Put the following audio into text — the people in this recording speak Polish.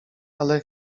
ale